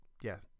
Yes